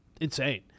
insane